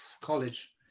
college